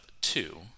two